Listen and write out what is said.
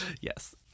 Yes